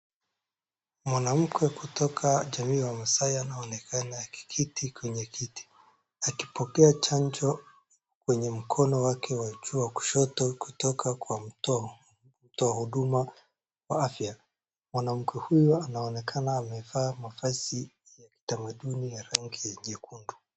Mwanamke kutoka jamii ya wa Maasai anaonekana akiketi kwenye kiti akipokea chanjo kwenye mkono wake wajuu wa kushoto kutoka kwa mtoa huduma wa afya. Mwanamke huyu anaonekana amevaa mavazi ya kitamanduni ya rangi ya nyekundu.